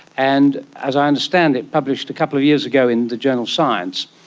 and, as i understand it, published a couple of years ago in the journal science,